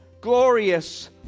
glorious